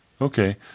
Okay